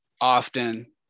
often